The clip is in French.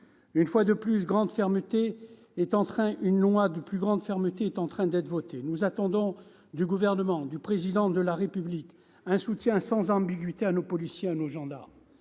sa position. Une loi de plus grande fermeté est en voie d'être votée, et nous attendons du Gouvernement, du Président de la République, un soutien sans ambiguïté à nos policiers, à nos gendarmes.